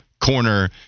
corner